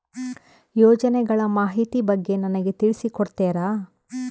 ಯೋಜನೆಗಳ ಮಾಹಿತಿ ಬಗ್ಗೆ ನನಗೆ ತಿಳಿಸಿ ಕೊಡ್ತೇರಾ?